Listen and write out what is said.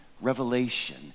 revelation